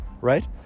right